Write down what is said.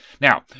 Now